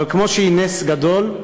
אבל כמו שהיא נס גדול,